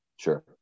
Sure